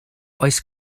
oes